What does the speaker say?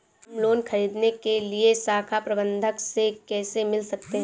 हम लोन ख़रीदने के लिए शाखा प्रबंधक से कैसे मिल सकते हैं?